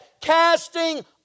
casting